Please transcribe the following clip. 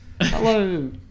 hello